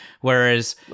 whereas